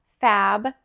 Fab